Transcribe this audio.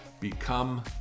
become